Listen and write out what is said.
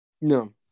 No